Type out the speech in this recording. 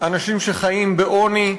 אנשים שחיים בעוני.